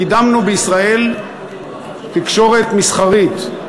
קידמנו בישראל תקשורת מסחרית,